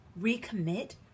recommit